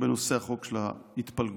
בנושא החוק של ההתפלגות.